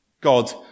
God